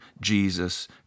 Jesus